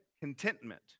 Contentment